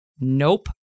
Nope